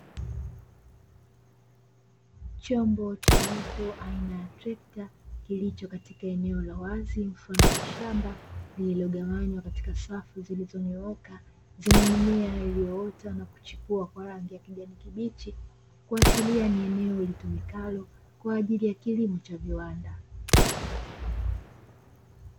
Chombo cha moto aina ya trekta kilicho katika eneo la wazi mfano wa shamba, lililogawanywa katika safu zilizonyooka zenye mimea iliyoota na kuchipua kwa rangi ya kijani kibichi, kuashiria ni eneo ulitumikalo kwa ajili ya kilimo cha viwanda.